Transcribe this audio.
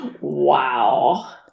Wow